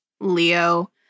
Leo